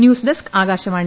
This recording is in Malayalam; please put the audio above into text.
ന്യൂസ്ഡസ്ക് ആകാശവാണി